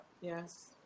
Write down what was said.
yes